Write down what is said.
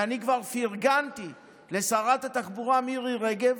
ואני כבר פרגנתי לשרת התחבורה מירי רגב,